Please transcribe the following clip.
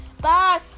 Bye